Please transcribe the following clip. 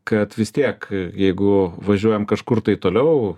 kad vis tiek jeigu važiuojam kažkur tai toliau